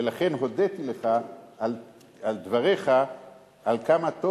ולכן הודיתי לך על דבריך על כמה טוב